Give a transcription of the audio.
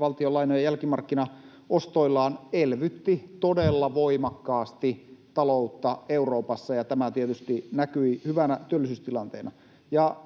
valtionlainojen jälkimarkkinaostoillaan elvytti todella voimakkaasti taloutta Euroopassa, ja tämä näkyi tietysti hyvänä työllisyystilanteena.